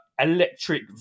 electric